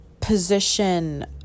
position